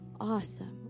awesome